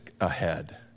ahead